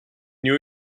new